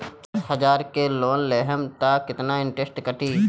दस हजार के लोन लेहम त कितना इनट्रेस कटी?